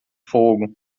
fogo